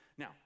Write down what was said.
Now